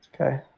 Okay